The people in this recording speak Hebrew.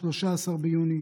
13 ביוני,